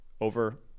over